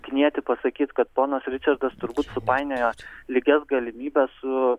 knieti pasakyt kad ponas ričardas turbūt supainiojo lygias galimybes su